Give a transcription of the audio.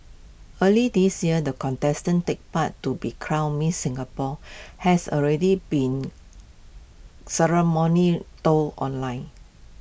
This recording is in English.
early this year the contestants take part to be crowned miss Singapore has already been ceremony trolled online